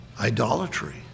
idolatry